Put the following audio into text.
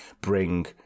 bring